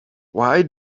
why